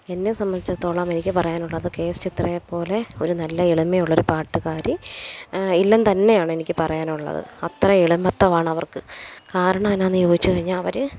എന്നെ സംബന്ധിച്ചിടത്തോളം എനിക്ക് പറയാനുള്ളത് കെ എസ് ചിത്രയെ പോലെ ഒരു നല്ല എളിമയുള്ള ഒരു പാട്ടുകാരി ഇല്ലെന്നു തന്നെയാണ് എനിക്ക് പറയാനുള്ളത് അത്ര എളിമത്വം ആണ് അവർക്ക് കാരണമെന്നാന്ന് ചോദിച്ചു കഴിഞ്ഞാൽ അവർ